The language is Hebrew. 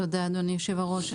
תודה, אדוני היושב-ראש.